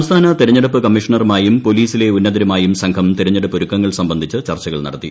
സംസ്ഥാന തിരഞ്ഞെടുപ്പ് കമ്മീഷണറുമായും പൊലീസിലെ ഉന്നതരുമായും സംഘം തിരഞ്ഞെടുപ്പ് ഒരുക്കങ്ങൾ സംബന്ധിച്ച് ചർച്ചകൾ നടത്തി